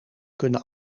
kunnen